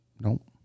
nope